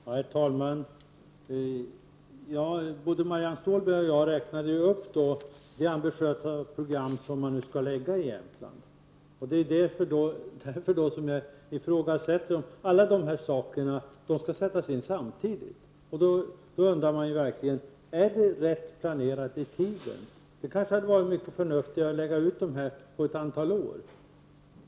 Herr talman! Både Marianne Stålberg och jag räknade upp delarna i det ambitiösa program som regeringen föreslår för Jämtland. Alla dessa insatser skall göras samtidigt. Då undrar jag om de är rätt planerade i tiden. Det kanske hade varit mycket mer förnuftigt att göra dessa insatser under ett antal år.